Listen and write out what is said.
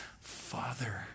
Father